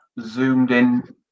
zoomed-in